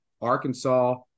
Arkansas